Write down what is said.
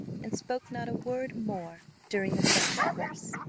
and spoke not a word more during the second course.